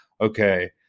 okay